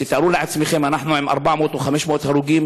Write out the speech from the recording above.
תארו לעצמכם, אנחנו עם 400 או 500 הרוגים